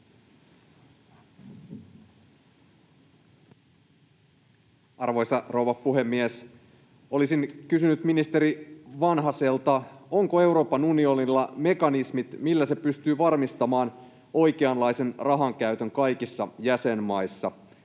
Arvoisa rouva puhemies! Olisin kysynyt ministeri Vanhaselta, onko Euroopan unionilla mekanismit, millä se pystyy varmistamaan oikeanlaisen rahankäytön kaikissa jäsenmaissa.